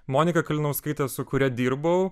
monika kalinauskaitė su kuria dirbau